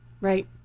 Right